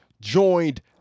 joined